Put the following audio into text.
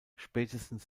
spätestens